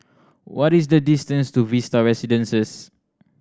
what is the distance to Vista Residences